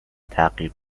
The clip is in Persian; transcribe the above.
تغییر